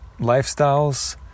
lifestyles